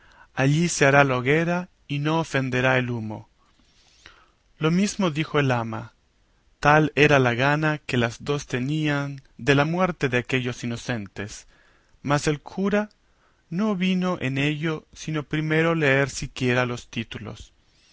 allí se hará la hoguera y no ofenderá el humo lo mismo dijo el ama tal era la gana que las dos tenían de la muerte de aquellos inocentes mas el cura no vino en ello sin primero leer siquiera los títulos